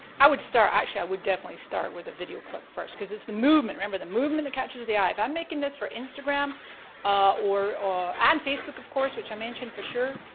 i would start, actually, i would definitely start with the video clip first. cause it's the movement, remember, the movement that catches the eye. if i'm making this for instagram or ad facebook of course which i mentioned for sure,